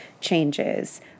changes